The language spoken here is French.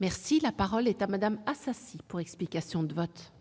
La parole est à Mme Éliane Assassi, pour explication de vote.